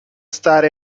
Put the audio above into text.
estar